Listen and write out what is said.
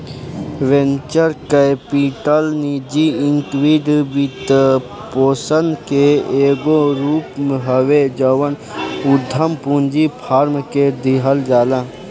venture capital निजी equity वित्तपोषण के एगो रूप हवे जवन उधम पूंजी फार्म के दिहल जाला